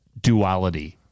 Duality